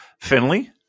Finley